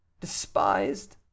despised